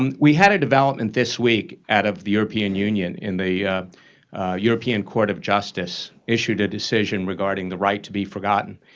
um we had a development this week out of the european union and the european court of justice issued a decision regarding the right to be forgotten,